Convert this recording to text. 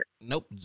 Nope